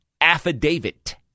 affidavit